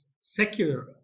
secular